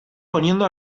poniendo